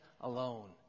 alone